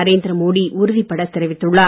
நரேந்திர மோடி உறுதிப்பட தெரிவித்துள்ளார்